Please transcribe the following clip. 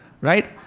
Right